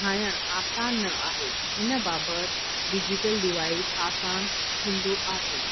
ठाहिणु आसानु न आहे हिन बाबति डिजीटल डिवाईस आसानु थींदो आहे